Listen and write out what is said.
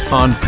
on